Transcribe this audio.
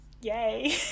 yay